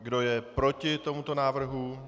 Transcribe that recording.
Kdo je proti tomuto návrhu?